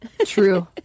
True